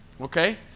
Okay